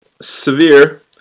severe